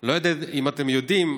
אני לא יודע אם אתם יודעים,